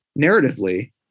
narratively